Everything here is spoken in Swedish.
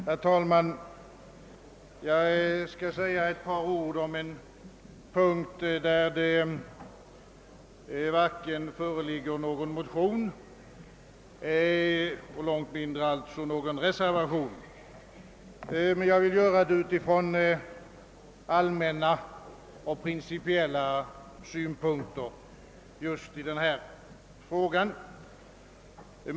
Herr talman! Jag skall säga några ord om en punkt, där det inte föreligger någon motion och långt mindre alltså någon reservation. Jag gör det utifrån allmänna och principiella synpunkter på just denna fråga.